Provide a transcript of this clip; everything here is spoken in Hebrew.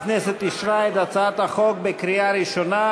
הכנסת אישרה את הצעת החוק בקריאה ראשונה,